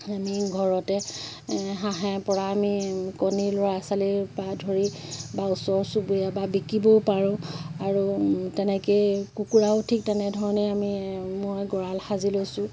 আমি ঘৰতে হাঁহে পৰা আমি কণী ল'ৰা ছোৱালীৰ পৰা ধৰি বা ওচৰ চুবুৰীয়া বা বিকিবও পাৰোঁ আৰু তেনেকেই কুকুৰাও ঠিক তেনেধৰণে আমি মই গঁড়াল সাজি লৈছোঁ